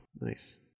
Nice